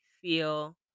feel